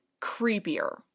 creepier